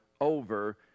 over